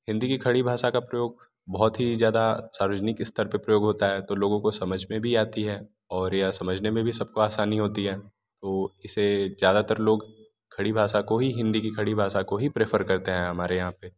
हिंदी की खड़ी भाषा का प्रयोग बहुत ही ज़्यादा सार्वजनिक स्तर पर प्रयोग होता है तो लोगों को समझ में भी आती है और यह समझने में भी सबको आसानी होती है तो इसे ज़्यादातर लोग खड़ी भाषा को ही हिंदी की खड़ी भाषा को ही प्रेफ़र करते हैं हमारे यहाँ पर